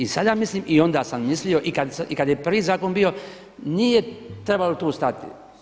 I sada mislim i onda sam mislio i kada je prvi zakon bio nije trebalo tu stajati.